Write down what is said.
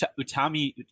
Utami